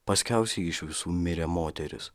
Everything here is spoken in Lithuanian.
paskiausiai iš visų mirė moteris